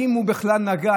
אם הוא בכלל נגע,